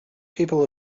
people